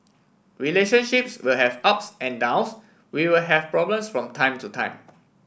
relationships will have ups and downs we will have problems from time to time